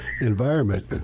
environment